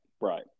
right